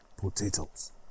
potatoes